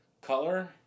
color